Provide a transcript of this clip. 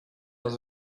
has